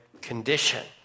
condition